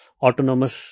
autonomous